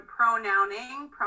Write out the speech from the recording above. pronouning